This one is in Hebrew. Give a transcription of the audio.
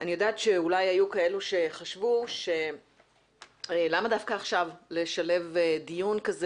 אני יודעת שאולי היו כאלה שחשבו למה דווקא עכשיו לשלב דיון כזה